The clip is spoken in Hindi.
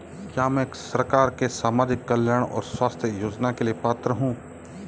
क्या मैं सरकार के सामाजिक कल्याण और स्वास्थ्य योजना के लिए पात्र हूं?